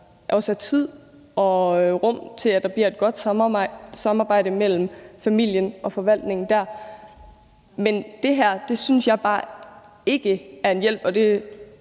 at der også er tid og rum til, at der bliver et godt samarbejde mellem familien og forvaltningen der. Men det her synes jeg bare ikke er en hjælp,